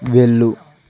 వెళ్ళు